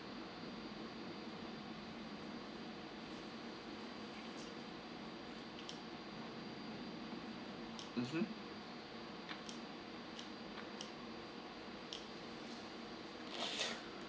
mmhmm